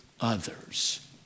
others